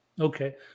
Okay